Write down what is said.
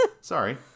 Sorry